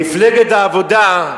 מפלגת העבודה,